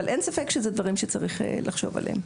אין ספק שאלה דברים שצריך לחשוב עליהם.